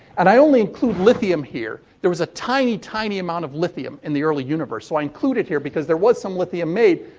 and i only include lithium here, there was a tiny, tiny amount of lithium in the early universe, so i include it here because there was some lithium made.